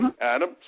Adam